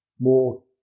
more